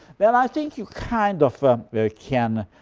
well i think you kind of can